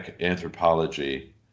anthropology